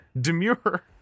demure